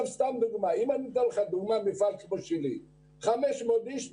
לדוגמא, אם מפעל כמו שלי של 500 איש נסגר,